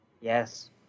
Yes